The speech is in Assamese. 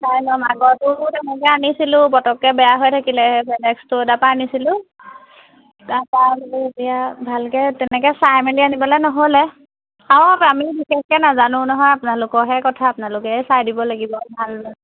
চাই ল'ম আগতেও তেনেকে আনিছিলোঁ পটককৈ বেয়া হৈ থাকিলে হেভে নেক্সটো তাপা আনিছিলোঁ তাপা এতিয়া ভালকৈ তেনেকৈ চাই মেলি আনিবলৈ নহ'লে আও আমি বিশেষকৈ নাজানো নহয় আপোনালোকৰহে কথা আপোনালোকে চাই দিব লাগিব ভাল